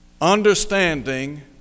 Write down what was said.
Understanding